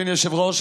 אדוני היושב-ראש,